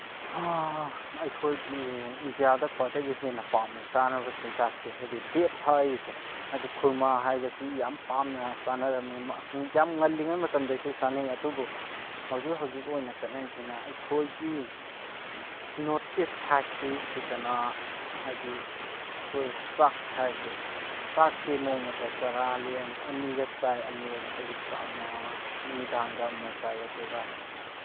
ꯑꯩꯈꯣꯏꯒꯤ ꯏꯟꯗꯤꯌꯥꯗ ꯈ꯭ꯋꯥꯏꯗꯒꯤ ꯍꯦꯟꯅ ꯄꯥꯝꯅ ꯆꯥꯅꯕ ꯆꯤꯟꯖꯥꯛꯇꯤ ꯍꯥꯏꯗꯤ ꯗꯦꯠ ꯍꯥꯏꯔꯤꯁꯦ ꯍꯥꯏꯕꯗꯤ ꯈꯨꯔꯃꯥ ꯍꯥꯏꯕꯁꯤ ꯌꯥꯝ ꯄꯥꯝꯅ ꯆꯥꯅꯔꯝꯃꯤ ꯌꯥꯝ ꯉꯜꯂꯤꯉꯩ ꯃꯇꯝꯗꯒꯤꯁꯨ ꯆꯥꯅꯩ ꯑꯗꯨꯕꯨ ꯍꯧꯖꯤꯛ ꯍꯧꯖꯤꯛ ꯑꯣꯏꯅ ꯆꯠꯅꯔꯤꯁꯤꯅ ꯑꯩꯈꯣꯏꯒꯤ ꯅꯣꯔꯠ ꯏꯁ ꯁꯥꯏꯠꯁꯤ ꯁꯤꯗꯅ ꯍꯥꯏꯕꯗꯤ ꯑꯩꯈꯣꯏ ꯆꯥꯛ ꯍꯥꯏꯁꯦ ꯆꯥꯛꯁꯤ ꯅꯣꯡꯃꯗ ꯆꯔꯥ ꯂꯦꯟ ꯑꯅꯤꯔꯛ ꯆꯥꯏ ꯑꯅꯤꯔꯀ ꯍꯥꯏꯁꯦ ꯑꯌꯨꯛꯇ ꯑꯃ ꯅꯨꯃꯤꯗꯥꯡꯗ ꯑꯃ ꯆꯥꯏ ꯑꯗꯨꯒ